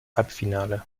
halbfinale